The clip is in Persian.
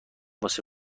واسه